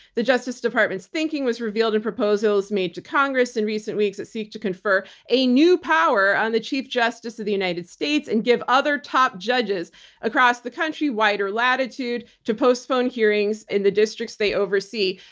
the justice department's thinking was revealed in proposals made to congress in recent weeks that seek to confer a new power on the chief justice of the united states and give other top judges across the country wider latitude to postpone hearings in the districts they oversee.